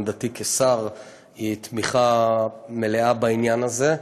עמדתי כשר, היא תמיכה מלאה בעניין הזה.